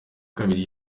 kabiri